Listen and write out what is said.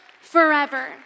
forever